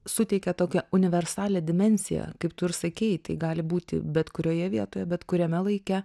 suteikia tokią universalią dimensiją kaip tu ir sakei tai gali būti bet kurioje vietoje bet kuriame laike